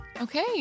Okay